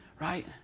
Right